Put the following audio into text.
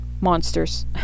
monsters